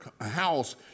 house